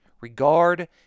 regard